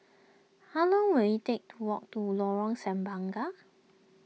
how long will it take to walk to Lorong Semangka